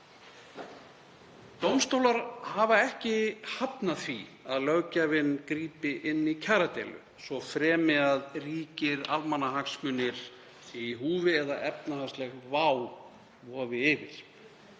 Dómstólar hafa ekki hafnað því að löggjafinn grípi inn í kjaradeilu svo fremi ríkir almannahagsmunir séu í húfi eða efnahagsleg vá vofi yfir.